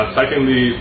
secondly